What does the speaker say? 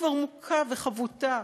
שכבר מוכה וחבוטה,